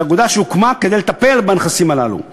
זו אגודה שהוקמה כדי לטפל בכספים הללו.